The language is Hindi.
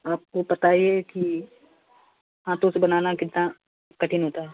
आपको पता ही है कि हाथों से बनाना कितना कठिन होता है